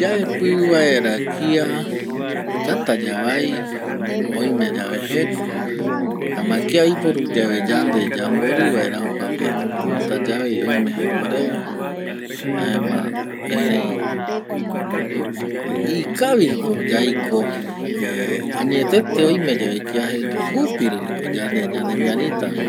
Yaepɨ vaera kia täta yavai oime yave jeko jaema kia oiporu yave yande yamborɨ vaera joko tekore täta yavai oime jekoreve jaema erëi ikaviko yaiko añetete oime yave kia jeko jupi rupiko yande ñanemiaritavi